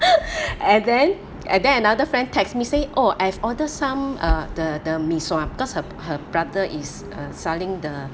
and then and then another friend text me say oh I have order some uh the the mee sua because her her brother is uh selling the